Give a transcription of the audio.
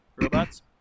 Robots